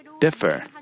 differ